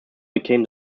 became